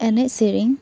ᱮᱱᱮᱡ ᱥᱮᱨᱮᱧ